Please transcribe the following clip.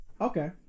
Okay